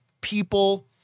people